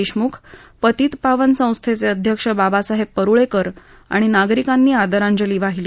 देशमुख पतितपावन संस्थेचे अध्यक्ष बाबासाहेब परुळेकर आणि नागरिकांनी आदरांजली वाहिली